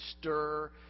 stir